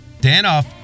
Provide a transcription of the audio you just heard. Danoff